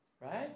right